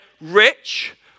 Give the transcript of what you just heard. rich